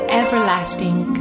everlasting